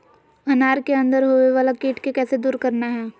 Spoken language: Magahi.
अनार के अंदर होवे वाला कीट के कैसे दूर करना है?